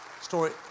story